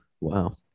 Wow